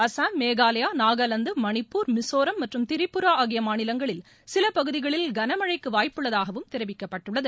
அசாம் மேகாலயா நாகாலாந்து மணிப்பூர் மிசேரம் மற்றும் திரிபுரா ஆகிய மாநிலங்களில் சில பகுதிகளில் கனமழைக்கு வாய்ப்பு உள்ளதாகவும் தெரிவிக்கப்பட்டுள்ளது